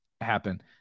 happen